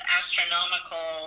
astronomical